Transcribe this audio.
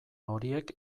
horiek